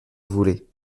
voulais